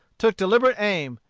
took deliberate aim,